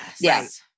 Yes